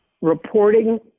reporting